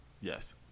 Yes